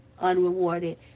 unrewarded